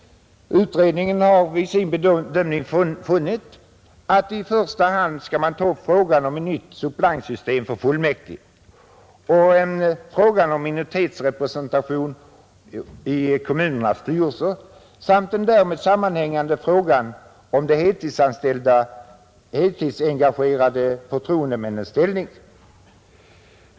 Utredningen har vid sin bedömning funnit att man i första hand bör ta upp frågan om ett nytt suppleantsystem för fullmäktige, frågan om minoritetsrepresentation i kommunernas styrelse samt den därmed sammanhängande frågan om de heltidsengagerade förtroendemännens ställning.